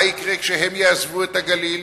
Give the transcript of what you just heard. מה יקרה כשהם יעזבו את הגליל?